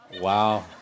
Wow